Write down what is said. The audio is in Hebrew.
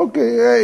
אוקיי,